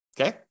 okay